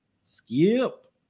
Skip